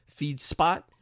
Feedspot